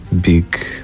big